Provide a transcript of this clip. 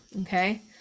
Okay